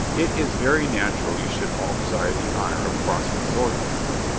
it is very natural you should all desire the honor of crossing swords with me.